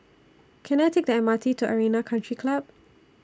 Can I Take The M R T to Arena Country Club